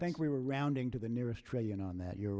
i think we were rounding to the nearest trillion on that you're